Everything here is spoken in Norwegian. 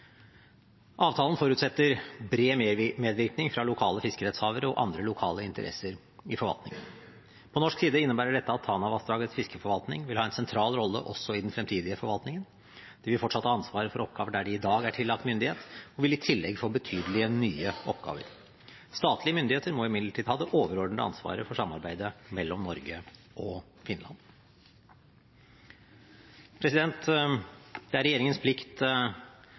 Avtalen forutsetter bred medvirkning fra lokale fiskerettshavere og andre lokale interesser i forvaltningen. På norsk side innebærer dette at Tanavassdragets fiskeforvaltning vil ha en sentral rolle også i den fremtidige forvaltningen. De vil fortsatt ha ansvaret for oppgaver der de i dag er tillagt myndighet, og vil i tillegg få betydelige nye oppgaver. Statlige myndigheter må imidlertid ha det overordnede ansvaret for samarbeidet mellom Norge og Finland. Det er regjeringens plikt